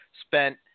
spent